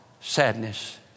sadness